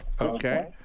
Okay